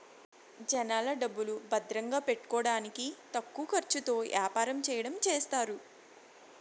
జనాల డబ్బులు భద్రంగా పెట్టుకోడానికి తక్కువ ఖర్చుతో యాపారం చెయ్యడం చేస్తారు